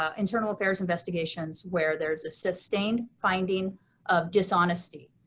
ah internal affairs investigations where there's a sustained finding of dishonesty